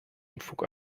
unfug